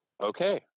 Okay